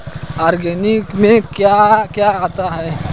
Organic में क्या क्या आता है?